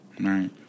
Right